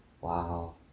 wow